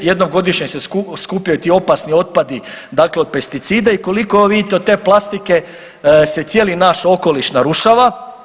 Jednom godišnje se skupljaju ti opasni otpadi, dakle od pesticida i koliko vidim od te plastike se cijeli naš okoliš narušava.